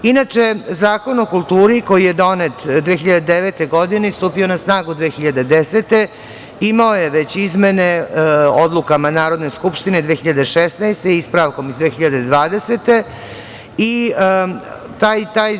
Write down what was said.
Inače, Zakon o kulturi, koji je donet 2009. godine i stupio na snagu 2010. godine, imao je već izmene odlukama Narodne skupštine 2016, ispravkom iz 2020. godine.